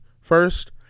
first